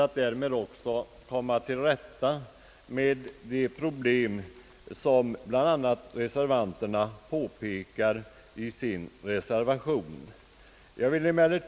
Syftet därmed är att komma till rätta med de problem som också reservanterna tar upp i sin reservation.